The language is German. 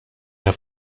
der